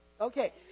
Okay